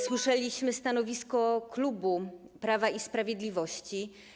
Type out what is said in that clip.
Słyszeliśmy stanowisko klubu Prawa i Sprawiedliwości.